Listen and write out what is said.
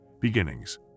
Beginnings